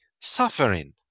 suffering